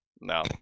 No